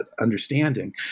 understanding